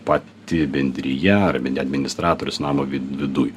pati bendrija ar mine administratorius namo vi viduj